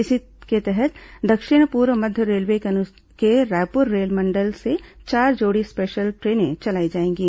इसी के तहत दक्षिण पूर्व मध्य रेलवे के रायपुर रेलमंडल से चार जोड़ी स्पेशन ट्रेनें चलाई जाएंगी